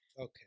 Okay